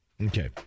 Okay